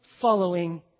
following